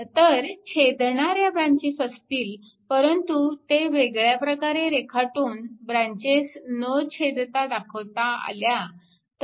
तर छेदणाऱ्या ब्रॅंचेस असतील परंतु ते वेगळ्या प्रकारे रेखाटून ब्रॅंचेस न छेदता दाखवता आल्या तर